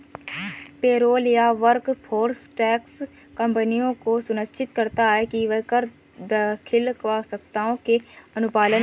payroll या workforce tax कंपनियों को सुनिश्चित करता है कि वह कर दाखिल आवश्यकताओं के अनुपालन में है